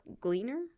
gleaner